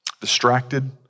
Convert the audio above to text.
distracted